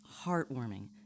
heartwarming